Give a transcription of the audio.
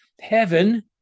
Heaven